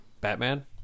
Batman